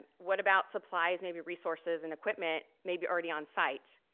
what about supplies, maybe resources and equipment maybe already on site?